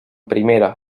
primera